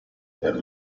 per